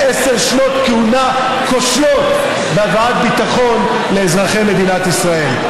על עשר שנות כהונה כושלות בהבאת ביטחון לאזרחי מדינת ישראל.